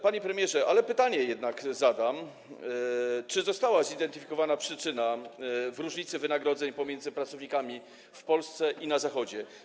Panie premierze, ale zadam jednak pytanie, czy została zidentyfikowana przyczyna różnicy wynagrodzeń pomiędzy pracownikami w Polsce i na Zachodzie.